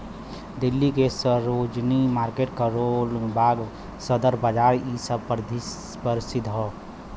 दिल्ली के सरोजिनी मार्किट करोल बाग सदर बाजार इ सब परसिध हौ